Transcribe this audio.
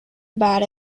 about